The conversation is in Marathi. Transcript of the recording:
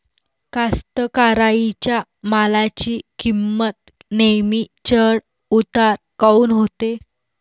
कास्तकाराइच्या मालाची किंमत नेहमी चढ उतार काऊन होते?